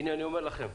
הנה אני אומר לכם,